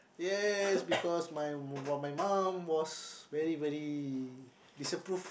yes because my my my mum was very very disapprove